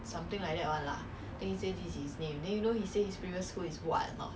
officer cadet school